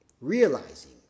realizing